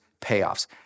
payoffs